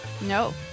No